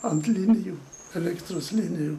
ant linijų elektros linijų